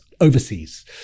overseas